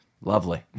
Lovely